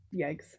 Yikes